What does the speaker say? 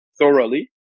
thoroughly